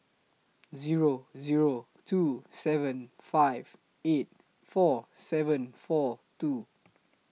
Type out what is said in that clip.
Zero Zero two seven five eight four seven four two